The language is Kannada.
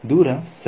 ದೂರ ಸರಿ